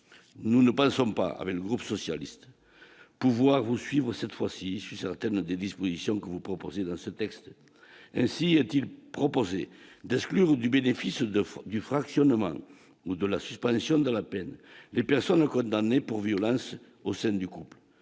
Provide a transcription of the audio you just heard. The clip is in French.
nous ne pensons pas avec le groupe socialiste pouvoir vous suivre cette fois-ci sous certaines des dispositions que vous proposez dans ce texte, ainsi est-il proposé d'exclure du bénéfice de fond du fractionnement ou de la suspension de la peine, les personnes condamnées pour violences au sein du couple